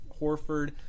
Horford